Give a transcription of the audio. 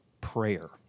prayer